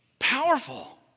powerful